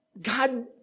God